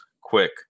quick